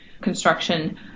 construction